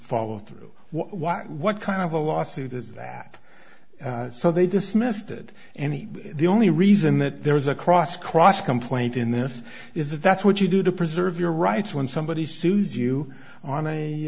follow through what what kind of a lawsuit is that so they dismissed it and the only reason that there was a cross cross complaint in this is that that's what you do to preserve your rights when somebody sues you on a